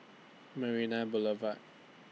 Marina Boulevard